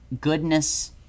goodness